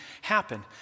happen